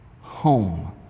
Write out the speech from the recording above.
home